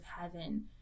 heaven